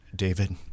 David